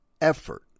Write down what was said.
effort